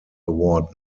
award